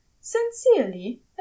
Sincerely